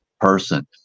person